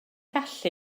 gallu